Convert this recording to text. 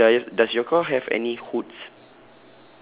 is your do~ y~ does your car have any hoods